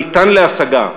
הניתן להשגה,